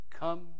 Come